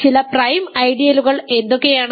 ചില പ്രൈം ഐഡിയലുകൾ എന്തൊക്കെയാണ്